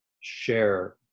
share